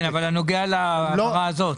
בנוגע להעברה הזאת?